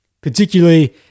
Particularly